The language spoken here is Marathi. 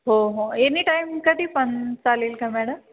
हो हो एनी टाईम कधी पण चालेल का मॅडम